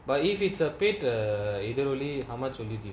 but if it's a paid err எதிரொலி:ethiroli how much will it if